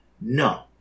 No